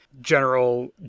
General